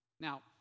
Now